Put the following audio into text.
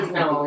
no